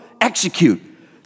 execute